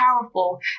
powerful